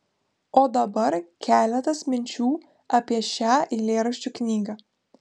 o dabar keletas minčių apie šią eilėraščių knygą